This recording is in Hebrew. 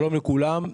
שלום לכולם.